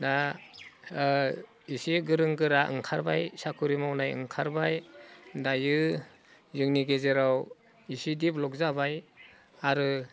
दा एसे गोरों गोरा ओंखारबाय साख्रि मावनाय ओंखारबाय दायो जोंनि गेजेराव एसे डेभेलप जाबाय आरो